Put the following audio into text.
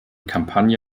kampagne